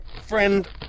friend